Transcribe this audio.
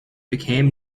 became